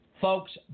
Folks